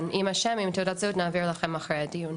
כן עם השם ותעודת הזהות נעביר לכם אחרי הדיון.